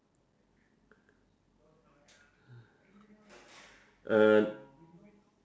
uh